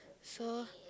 so